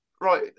right